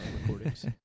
recordings